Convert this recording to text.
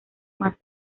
más